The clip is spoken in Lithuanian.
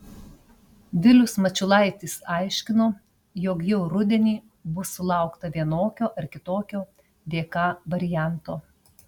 vilius mačiulaitis aiškino jog jau rudenį bus sulaukta vienokio ar kitokio dk varianto